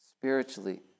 spiritually